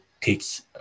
takes